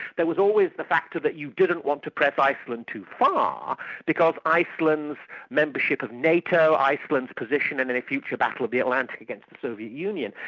there was always the factor that you didn't want to press iceland too far ah because iceland's membership of nato, iceland's position in any future battle of the atlantic against the soviet union,